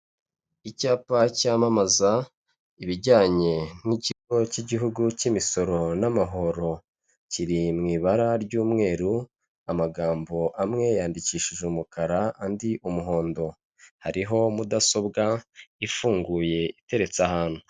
Icyapa cyamamaza ibijyanye n'ikigo cy'igihugu cy'imisoro n'amahoro. Kiri mu ibara ry'umweru, amagambo amwe yandikishije umukara, andi umuhondo. Hariho mudasobwa ifunguye, iteretse ahantu.